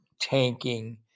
tanking